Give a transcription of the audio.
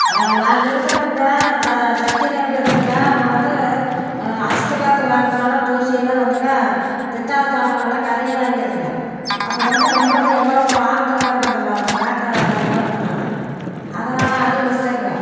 நாங்கள் இருக்கிற பக்கம் சக்தி நகரில் இருக்கங்க அங்கே வந்து அசுத்த காற்று வரதுனால் தூசியெல்லாம் வந்துங்க பித்தளை சாமானுங்கெலாம் கரையேன்னு ஆகிருதுங்க அப்போ வந்து நம்மளுக்கு எவ்வளோ ஒரு ஆபத்துன்னு பாருங்க அந்த அந்த காற்ற நுகருவதுனால அதனால் அதுவும் மிஸ்ட்டேக்குதுங்க